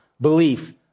belief